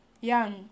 young